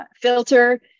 filter